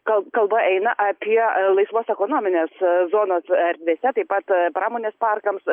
kalba kalba eina apie laisvos ekonominės zonos erdvėse taip pat pramonės parkams